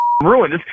ruined